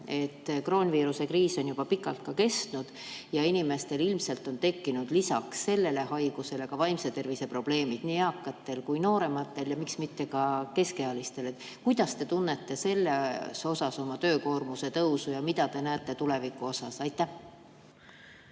Kroonviiruse kriis on juba pikalt kestnud ja inimestel on tekkinud ilmselt lisaks sellele haigusele ka vaimse tervise probleemid, nii eakatel kui ka noorematel ja miks mitte ka keskealistel. Kuidas te tunnetate siin oma töökoormuse tõusu ja mida te näete tuleviku osas? Jah,